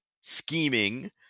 scheming